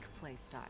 playstyle